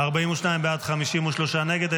42 בעד, 53 נגד.